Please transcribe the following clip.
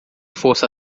força